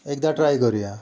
एकदा ट्राय करूया